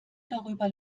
darüber